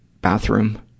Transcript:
bathroom